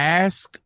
ask